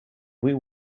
will